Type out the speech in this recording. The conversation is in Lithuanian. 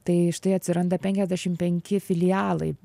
tai štai atsiranda penkiasdešim penki filialai